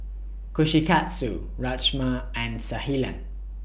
Kushikatsu Rajma and